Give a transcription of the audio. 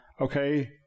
Okay